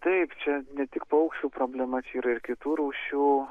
taip čia ne tik paukščių problema čia yra ir kitų rūšių